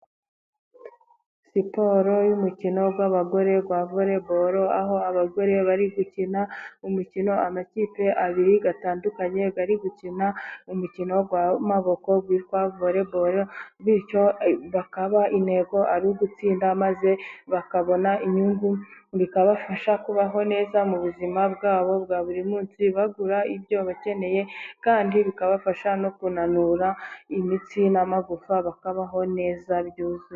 Siporo y' umukino w' abagore vole bolo, aho abagore bari gukina umukino, amakipe abiri atandukanye ari gukina umukino w' amaboko witwa vole bolo, bityo bakaba intego ari ugutsinda maze bakabona inyungu, bikabafasha kubaho neza mu buzima bwabo bwa buri munsi, bagura ibyo bakeneye kandi bikabafasha no kunanura imitsi n' amagufa bakabaho neza byuzuye.